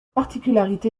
particularité